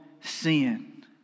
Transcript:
sin